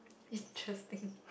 interesting